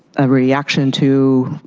a reaction to